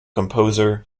composer